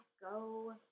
go